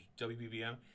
WBBM